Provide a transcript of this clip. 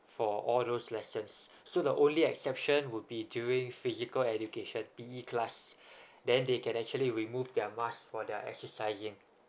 for all those lessons so the only exception would be during physical education P_E class then they can actually remove their mask for their exercising